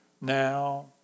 now